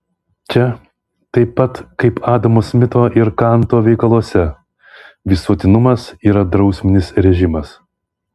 čia taip pat kaip adamo smito ir kanto veikaluose visuotinumas yra drausminis režimas